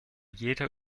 jeder